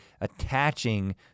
attaching